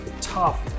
Tough